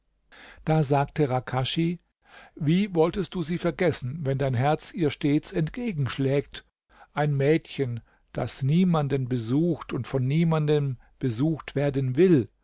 da sagte rakaschi wie wolltest du sie vergessen wenn dein herz ihr stets entgegenschlägt ein mädchen das niemanden besucht und von niemanden besucht werden will